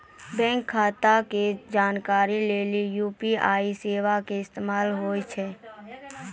bank खाता के जानकारी लेली यू.पी.आई सेबा के इस्तेमाल होय छै